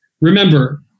remember